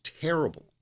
terrible